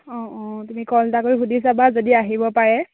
অঁ অঁ তুমি কল এটা কৰি সুধি চাবা যদি আহিব পাৰে